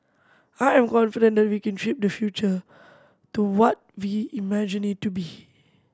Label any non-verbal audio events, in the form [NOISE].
I am confident that we can shape the future [NOISE] to what we imagine it to be